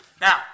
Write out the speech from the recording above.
Now